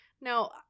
now